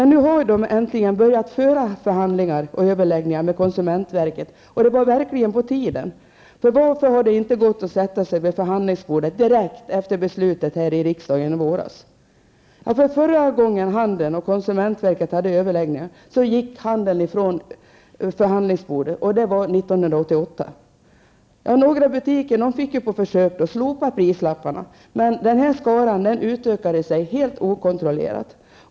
Nu har handeln emellertid börjat föra förhandlingar och överläggningar med konsumentverket, och det var verkligen på tiden. Varför var det inte möjligt att sätta sig vid förhandlingsbordet direkt efter beslutet här i riksdagen i våras? 1988, då konsumentverket förra gången hade överläggningar med handeln, gick handelns representanter från förhandlingsbordet. Några butiker fick på försök slopa prislapparna. Men denna skara butiker utökades helt okontrollerat.